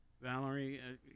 Valerie